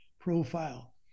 profile